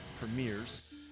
premieres